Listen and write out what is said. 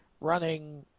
running